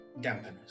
dampeners